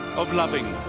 of loving,